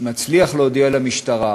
מצליח להודיע למשטרה,